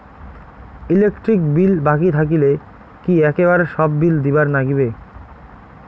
Electric bill বাকি থাকিলে কি একেবারে সব বিলে দিবার নাগিবে?